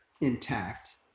intact